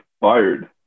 fired